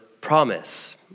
promise